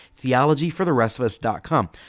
theologyfortherestofus.com